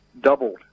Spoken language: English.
doubled